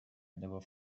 never